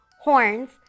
Horns